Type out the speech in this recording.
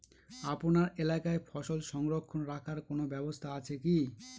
আপনার এলাকায় ফসল সংরক্ষণ রাখার কোন ব্যাবস্থা আছে কি?